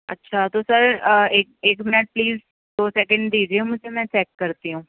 اچھا تو سر ایک منٹ پلیز دو سیکنڈ دیجئے مجھے میں چیک کرتی ہوں